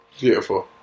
beautiful